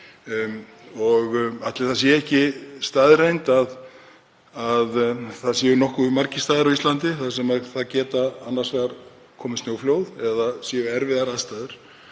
Ætli það sé ekki staðreynd að það séu nokkuð margir staðir á Íslandi þar sem geta annars vegar komið snjóflóð eða séu erfiðar aðstæður.